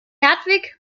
hertwig